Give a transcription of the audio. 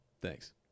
thanks